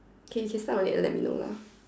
K you should start on it and let me know lah